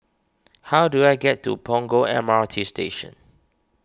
how do I get to Punggol M R T Station